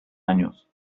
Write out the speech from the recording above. años